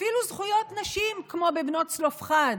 אפילו זכויות נשים, כמו בנות צלפחד,